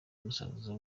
musaza